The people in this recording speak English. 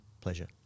Pleasure